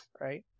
right